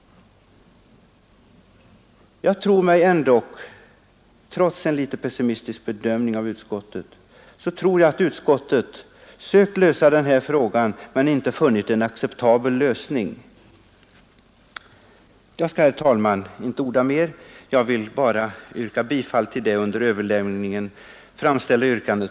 Jag tror ändock trots en litet pessimistisk bedömning av utskottet att utskottet sökt lösa denna fråga men inte funnit en acceptabel lösning. Jag skall, herr talman, inte orda mera. Jag vill bara yrka bifall till det av fru Ryding under överläggningen framställda yrkandet.